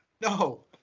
No